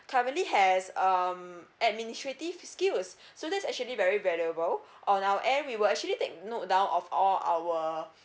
currently has um administrative skills so that's actually very valuable on our end we will actually take note down of all our